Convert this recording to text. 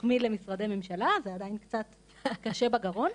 להחמיא למשרדי ממשלה, זה עדיין קצת קשה בגרון,